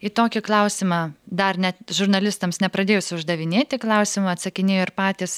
į tokį klausimą dar net žurnalistams nepradėjus uždavinėti klausimų atsakinėjo ir patys